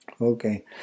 Okay